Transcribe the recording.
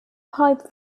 pipe